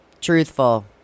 truthful